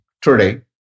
Today